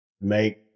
make